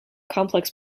complex